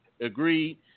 agreed